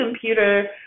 computer